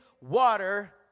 water